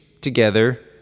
together